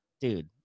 dude